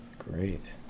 Great